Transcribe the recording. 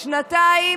שנתיים,